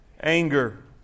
Anger